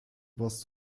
warst